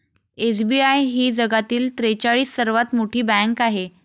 SBI ही जगातील त्रेचाळीस सर्वात मोठी बँक आहे